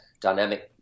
dynamic